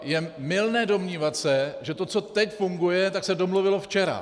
Je mylné se domnívat, že to, co teď funguje, se domluvilo včera.